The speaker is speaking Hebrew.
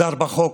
מוסדר בחוק.